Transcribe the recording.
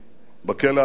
בכלא המצרי.